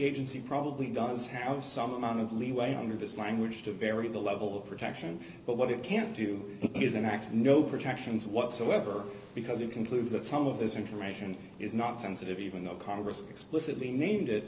agency probably does have some amount of leeway under this language to vary the level of protection but what it can't do is an act no protections whatsoever because it concludes that some of this information is not sensitive even though congress explicitly named it